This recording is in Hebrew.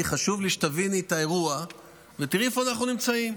כי חשוב לי שתביני את האירוע ותראי איפה אנחנו נמצאים.